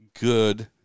good